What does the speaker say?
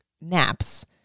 naps